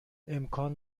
امکان